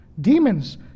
Demons